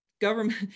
government